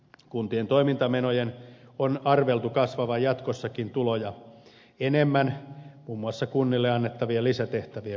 kuntien toimintamenojen on arveltu kasvavan jatkossakin tuloja enemmän muun muassa kunnille annettavien lisätehtävien vuoksi